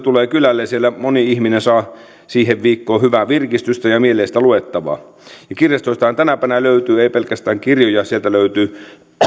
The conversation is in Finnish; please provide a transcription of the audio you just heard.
tulee kylälle siellä moni ihminen saa siihen viikkoon hyvää virkistystä ja mieleistä luettavaa kirjastoistahan tänä päivänä ei löydy pelkästään kirjoja sieltä löytyy